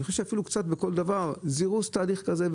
אני חושב שאפילו קצת בכל דרך זירוז תהליך כזה,